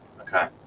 Okay